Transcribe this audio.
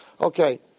Okay